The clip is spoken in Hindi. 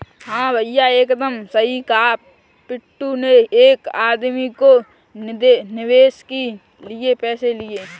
हां भैया एकदम सही कहा पिंटू ने एक आदमी को निवेश के लिए पैसे दिए